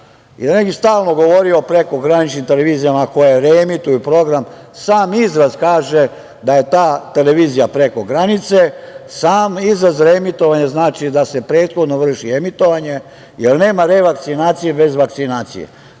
i da ne bih stalno govorio o prekograničnim televizijama koje reemituju program, sam izraz kaže da je ta televizija preko granice, sam izraz reemitovanje znači da se prethodno vrši emitovanje, jer nema revakcinacije bez vakcinacije,